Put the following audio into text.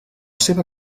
seva